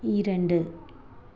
இரண்டு